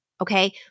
Okay